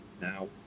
Now